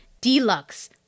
deluxe